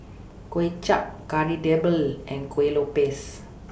Kuay Chap Kari Debal and Kuih Lopes